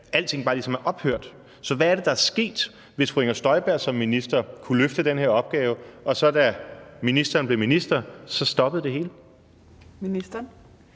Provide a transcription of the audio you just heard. alting ligesom bare er ophørt. Så hvad er det, der er sket? Fru Inger Støjberg kunne som minister løfte den her opgave, men da ministeren blev minister, stoppede det hele. Kl.